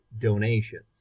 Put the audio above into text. donations